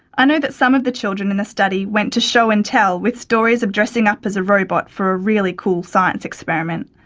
i know that some of the children in the study went to show and tell with stories of dressing up as a robot for a really cool science experiment.